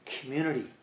community